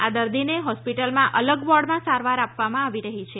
આ દર્દીને જોસ્પિટલમાં અલગ વોર્ડમાં સારવાર આપવામાં આવી રહી છે